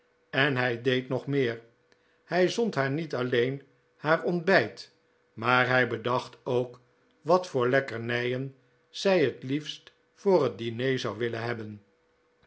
cn hij deed nog mccr hij zond haar niet allecn haar ontbijt maar hij bedacht ook wat voor lckkcrnijcn zij hct liefste voor hct diner zou willcn hebben